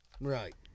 Right